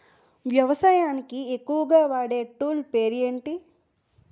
వ్యవసాయానికి ఎక్కువుగా వాడే టూల్ పేరు ఏంటి?